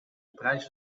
prijs